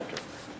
כן, כן.